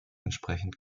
entsprechend